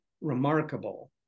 remarkable